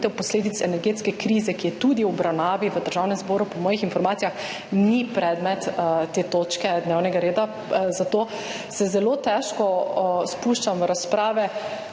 posledic energetske krize, ki je tudi v obravnavi v Državnem zboru, po mojih informacijah ni predmet te točke dnevnega reda, zato se zelo težko spuščam v razprave